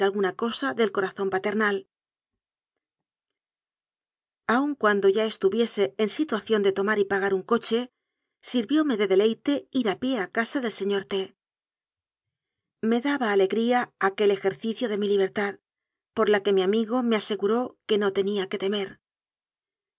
alguna cosa del corazón paternal aun cuando ya estuviese en situación de tomar y pagar un coche sirvióme de deleite ir a pie a casa del señor t me daba alegría aquel ejercicio de mi libertad por la que mi amigo me ase guró que no tenía que temer